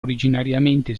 originariamente